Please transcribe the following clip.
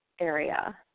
area